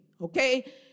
okay